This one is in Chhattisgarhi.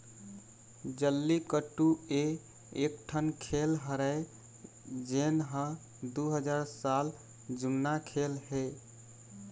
जल्लीकट्टू ए एकठन खेल हरय जेन ह दू हजार साल जुन्ना खेल हे